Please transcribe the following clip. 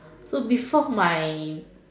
so before my